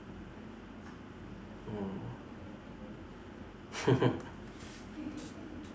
mm